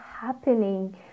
happening